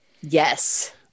Yes